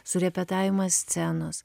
surepetavimas scenos